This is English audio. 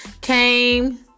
came